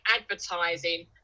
advertising